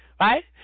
right